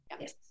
Yes